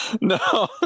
No